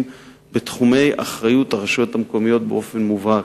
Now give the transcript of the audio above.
בתחומי האחריות של הרשויות המקומיות באופן מובהק.